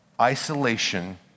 isolation